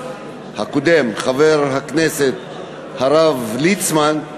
הקודם, חבר הכנסת הרב ליצמן,